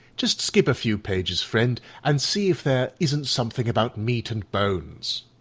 just skip a few pages, friend, and see if there isn't something about meat and bones.